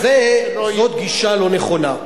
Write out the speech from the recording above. זאת גישה לא נכונה.